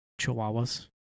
chihuahuas